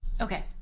okay